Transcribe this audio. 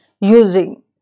using